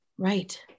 Right